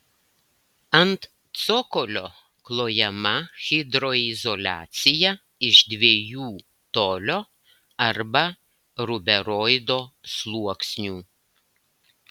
ant cokolio klojama hidroizoliacija iš dviejų tolio arba ruberoido sluoksnių